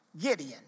Gideon